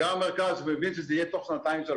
גם המרכז שמבין שזה יהיה תוך שנתיים-שלוש,